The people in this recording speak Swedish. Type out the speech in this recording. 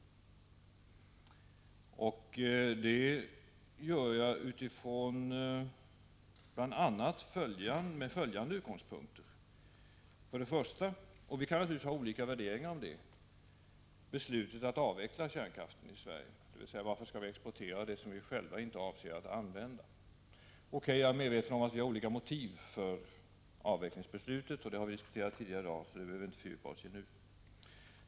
Jag gör det från bl.a. följande utgångspunkter: Till att börja med utgår jag från beslutet att avveckla kärnkraften i Sverige. Varför skall vi exportera sådant som vi själva inte avser att använda? Vi kan visserligen göra olika värderingar av och ha haft olika motiv för avvecklingsbeslutet, men det har vi diskuterat tidigare i dag och behöver därför inte fördjupa oss i nu.